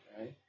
right